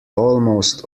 almost